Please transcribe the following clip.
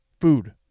food